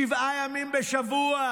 שבעה ימים בשבוע.